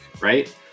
right